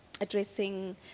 addressing